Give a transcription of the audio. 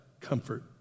comfort